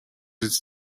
its